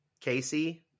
casey